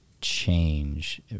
change